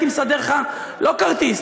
הייתי מסדר לך לא כרטיס,